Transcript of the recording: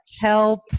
help